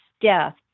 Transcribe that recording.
death